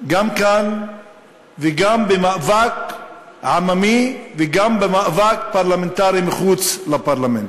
גם כאן וגם במאבק עממי וגם במאבק פרלמנטרי מחוץ לפרלמנט.